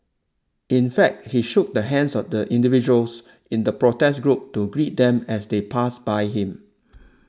in fact he shook the hands of the individuals in the protest group to greet them as they passed by him